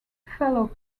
fellow